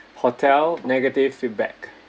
hotel negative feedback